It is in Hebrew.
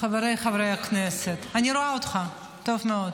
חברי כנסת הנוכחים, חברת הכנסת סלימאן,